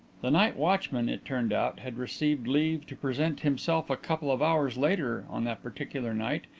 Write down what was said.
the night watchman, it turned out, had received leave to present himself a couple of hours later on that particular night,